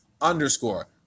underscore